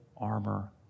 armor